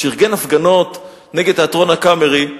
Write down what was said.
שארגן הפגנות נגד תיאטרון "הקאמרי",